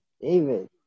David